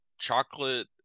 chocolate